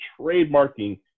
trademarking